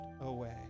away